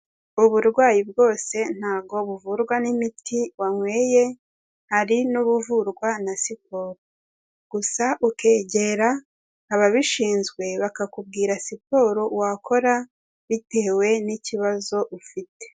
Uburwayi bwose ntabwo buvurwa n'imiti wanyoye, hari n'ubuvurwa na siporo, gusa ukegera ababishinzwe, bakakubwira siporo wakora, bitewe n'ikibazo ufite.